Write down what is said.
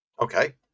Okay